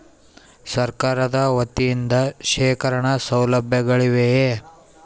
ಸರಕಾರದ ವತಿಯಿಂದ ಶೇಖರಣ ಸೌಲಭ್ಯಗಳಿವೆಯೇ?